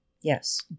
Yes